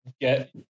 get